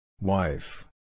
Wife